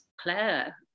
Claire